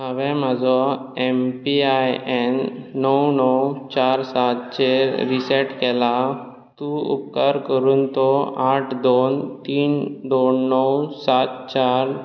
हांवेन म्हजो M P I N णव णव चार सात चेर रिसेट केला तूं उपकार करून तो आठ दोन तीन दोन णव सात चार